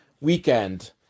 weekend